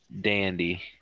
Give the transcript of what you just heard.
Dandy